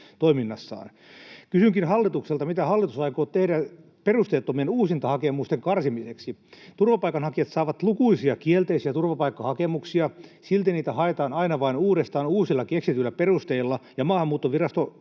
Kysynkin hallitukselta: mitä hallitus aikoo tehdä perusteettomien uusintahakemusten karsimiseksi? Turvapaikanhakijat saavat lukuisia kielteisiä turvapaikkahakemuksia. Silti niitä haetaan aina vain uudestaan uusilla keksityillä perusteilla, ja Maahanmuuttovirasto